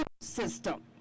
system